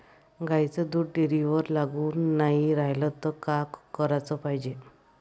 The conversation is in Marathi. गाईचं दूध डेअरीवर लागून नाई रायलं त का कराच पायजे?